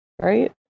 right